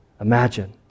imagine